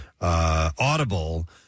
Audible